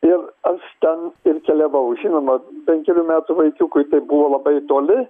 ir aš ten keliavau žinoma penkerių metų vaikiukui tai buvo labai toli